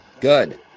Good